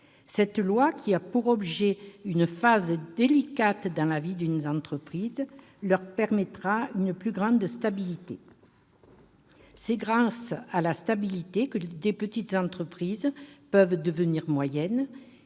de loi, qui concerne une phase délicate de la vie des entreprises, permettra une plus grande stabilité. C'est grâce à la stabilité que de petites entreprises peuvent devenir moyennes,